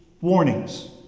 warnings